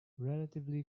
relatively